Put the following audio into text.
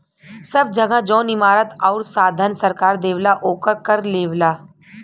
सब जगह जौन इमारत आउर साधन सरकार देवला ओकर कर लेवला